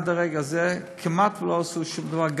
עד לרגע זה כמעט לא עשו שום דבר,